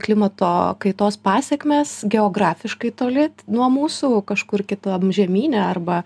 klimato kaitos pasekmes geografiškai toli nuo mūsų kažkur kitam žemyne arba